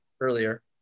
earlier